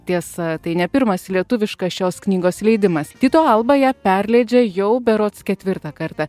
tiesa tai ne pirmas lietuviškas šios knygos leidimas tyto alba ją perleidžia jau berods ketvirtą kartą